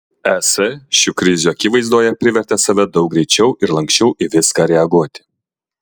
es šių krizių akivaizdoje privertė save daug greičiau ir lanksčiau į viską reaguoti